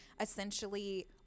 essentially